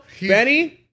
Benny